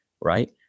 right